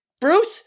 Bruce